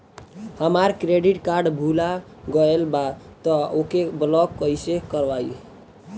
हमार credit card भुला गएल बा त ओके ब्लॉक कइसे करवाई?